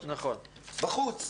בחוץ.